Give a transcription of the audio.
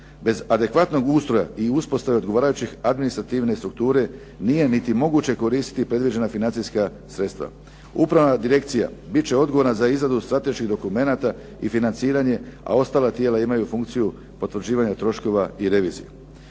Bez adekvatnog ustroja i uspostave odgovarajuće administrativne strukture nije niti moguće koristiti predviđena financijska sredstva. Upravna direkcija bit će odgovorna za izradu strateških dokumenata i financiranje, a ostala tijela imaju funkciju potvrđivanja troškova i revizije.